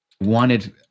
wanted